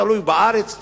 תלוי בארץ,